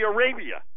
Arabia